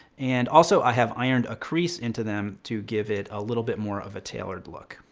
and also i have ironed a crease into them to give it a little bit more of a tailored look.